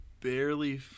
barely